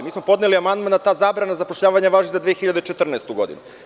Mi smo podneli amandman da ta zabrana zapošljavanja važi za 2014. godinu.